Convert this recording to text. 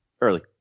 Early